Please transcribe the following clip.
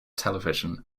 television